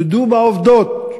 תודו בעובדות.